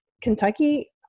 Kentucky